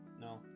no